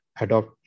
adopt